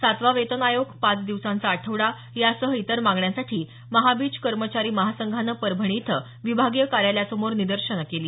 सातवा वेतन आयोग पाच दिवसांचा आठवडा यांसह इतर मागण्यांसाठी महाबीज कर्मचारी महासंघानं परभणी इथं विभागीय कार्यालयासमोर निदर्शनं केली